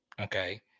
Okay